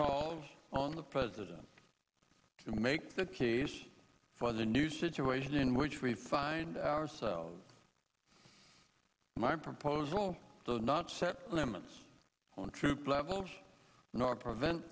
calling on the president to make the case for the new situation in which we find ourselves my proposal does not set limits on troop levels not prevent